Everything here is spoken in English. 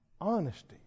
Honesty